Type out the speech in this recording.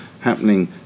happening